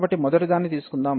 కాబట్టి మొదటిదాన్ని తీసుకుందాం